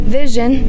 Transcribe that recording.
vision